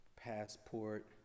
passport